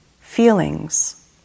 feelings